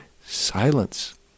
silence